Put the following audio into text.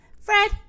Fred